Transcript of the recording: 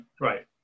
Right